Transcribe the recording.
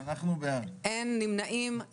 אין נמנעים,